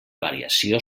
variació